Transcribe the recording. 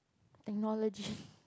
analogy